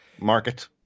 market